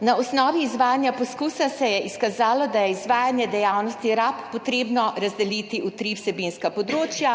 Na osnovi izvajanja poskusa se je izkazalo, da je treba izvajanje dejavnosti RaP razdeliti v tri vsebinska področja.